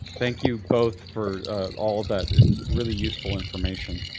thank you, both, for all that really useful information.